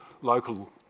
local